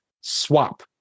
swap